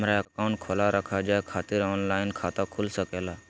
हमारा अकाउंट खोला रखा जाए खातिर ऑनलाइन खाता खुल सके ला?